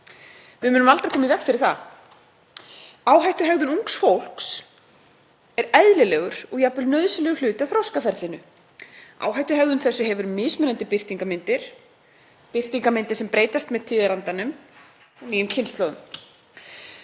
Við munum aldrei koma í veg fyrir það. Áhættuhegðun ungs fólks er eðlilegur og jafnvel nauðsynlegur hluti af þroskaferlinu. Áhættuhegðun þessi hefur mismunandi birtingarmyndir, birtingarmyndir sem breytast með tíðarandanum og nýjum kynslóðum.